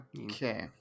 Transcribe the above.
Okay